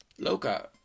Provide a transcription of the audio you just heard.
Loka